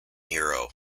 hero